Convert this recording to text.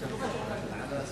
הגיע הזמן לחשוב על זה,